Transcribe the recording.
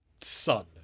son